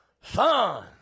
Fun